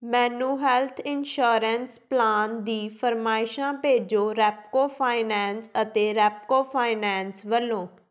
ਮੈਨੂੰ health insurance plan ਦੀ ਫਰਮਾਇਸ਼ਾਂ ਭੇਜੋ ਰੈਪਕੋ ਫਾਈਨੈਂਸ ਅਤੇ ਰੈਪਕੋ ਫਾਈਨੈਂਸ ਵੱਲੋਂ